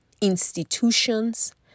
institutions